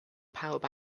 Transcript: pawb